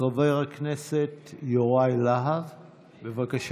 חבר הכנסת יוראי להב, בבקשה.